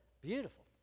beautiful